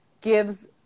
gives